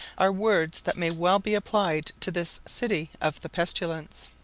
are words that may well be applied to this city of the pestilence.